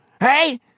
Hey